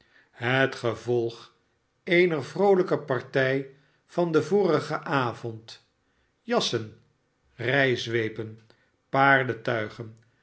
het gevolg eener vroohjke party van den vorigen avond jassen rijzweepen paardentuigen